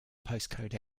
postcode